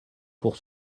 pour